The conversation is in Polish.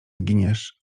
zginiesz